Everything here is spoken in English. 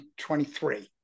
2023